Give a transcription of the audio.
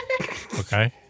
Okay